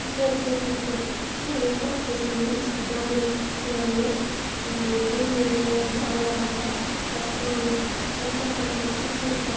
ژٕ کیازِ ژوٚٹُتھ یہِ اَے یہِ کَتہِ کھسہِ یہِ چھِ دَدری یہِ چھِ وَنان نہ یہِ زُو دِنہٕ وول چھُ اللہ تعالیٰ اَتھ چھِ کھَسہِ پانَے پَتہٕ چھِ آسان تِم کھٔتۍمٕتۍ تَتھ